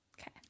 okay